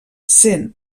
sent